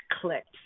clicked